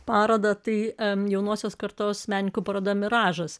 parodą tai jaunosios kartos menininkų paroda miražas